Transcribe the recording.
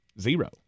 Zero